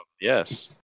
yes